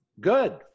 Good